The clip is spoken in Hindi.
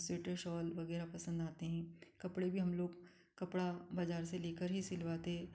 स्वेटर शॉल वगैरह पसंद आते हैं कपड़े भी हम लोग कपड़ा बाज़ार से लेकर ही सिलवाते हैं